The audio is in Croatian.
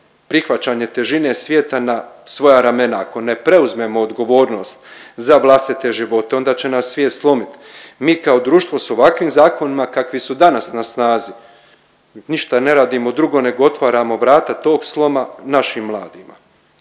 prihvaćanje težine svijeta na svoja ramena. Ako ne preuzmemo odgovornost za vlastite živote onda će nas svijet slomit, mi kao društvo s ovakvim zakonima kakvi su danas na snazi ništa ne radimo drugo nego otvaramo vrata tog sloma našim mladima.